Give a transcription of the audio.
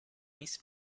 miss